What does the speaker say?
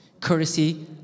courtesy